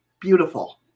Beautiful